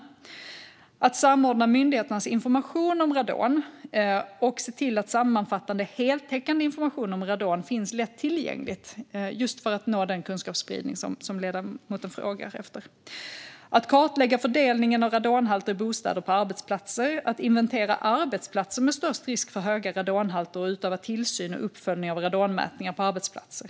Det handlar vidare om att samordna myndigheternas information om radon och se till att sammanfattande heltäckande information är lättillgänglig för att just nå den kunskapsspridning som ledamoten frågar efter. Det handlar också om att kartlägga fördelningen av radonhalter i bostäder och på arbetsplatser, att inventera arbetsplatser med störst risk för höga radonhalter och att utöva tillsyn och uppföljning av radonmätningar på arbetsplatser.